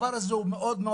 והדבר הזה הוא חמור.